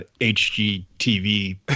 HGTV